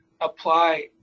apply